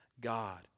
God